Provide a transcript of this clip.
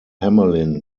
hamelin